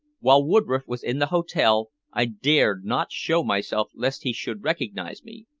while woodroffe was in the hotel i dared not show myself lest he should recognize me,